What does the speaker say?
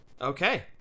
Okay